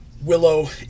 Willow